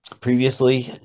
previously